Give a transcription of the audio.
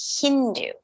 Hindu